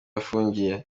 afungiye